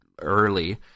early